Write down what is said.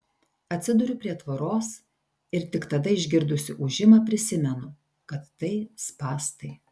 atsiduriu prie tvoros ir tik tada išgirdusi ūžimą prisimenu kad tai spąstai